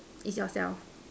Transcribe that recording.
it's yourself